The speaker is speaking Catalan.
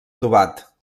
adobat